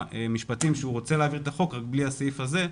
המשפטים שרוצה להעביר את החוק אבל ללא הסעיף הזה,